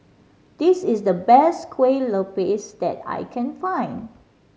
this is the best Kueh Lupis that I can find